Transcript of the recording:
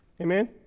Amen